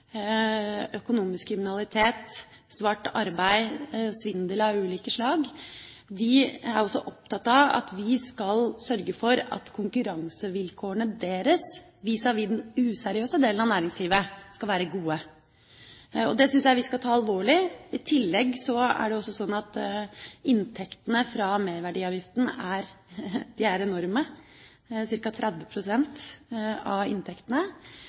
økonomisk kriminalitet, svart arbeid og svindel av ulike slag, er de opptatt av at vi skal sørge for at konkurransevilkårene deres vis-à-vis den useriøse delen av næringslivet skal være gode. Det syns jeg vi skal ta alvorlig. I tillegg er det jo sånn at inntektene fra merverdiavgiften til fellesskapet er enorme,